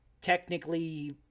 technically